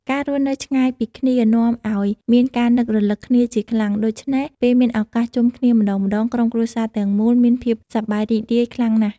ការរស់នៅឆ្ងាយពីគ្នានាំឱ្យមានការនឹករឭកគ្នាជាខ្លាំង ដូច្នេះពេលមានឱកាសជុំគ្នាម្ដងៗ ក្រុមគ្រួសារទាំងមូលមានភាពសប្បាយរីករាយខ្លាំងណាស់។